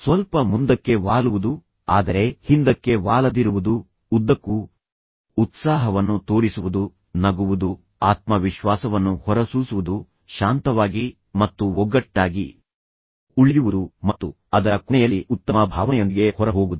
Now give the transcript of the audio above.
ಸ್ವಲ್ಪ ಮುಂದಕ್ಕೆ ವಾಲುವುದು ಆದರೆ ಹಿಂದಕ್ಕೆ ವಾಲದಿರುವುದು ಉದ್ದಕ್ಕೂ ಉತ್ಸಾಹವನ್ನು ತೋರಿಸುವುದು ನಗುವುದು ಆತ್ಮವಿಶ್ವಾಸವನ್ನು ಹೊರಸೂಸುವುದು ಶಾಂತವಾಗಿ ಮತ್ತು ಒಗ್ಗಟ್ಟಾಗಿ ಉಳಿಯುವುದು ಮತ್ತು ಅದರ ಕೊನೆಯಲ್ಲಿ ಉತ್ತಮ ಭಾವನೆಯೊಂದಿಗೆ ಹೊರಹೋಗುವುದು